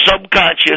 subconscious